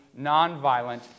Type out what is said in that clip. nonviolent